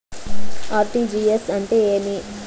RTGS అంటే ఏమి?